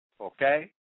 okay